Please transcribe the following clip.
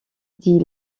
dit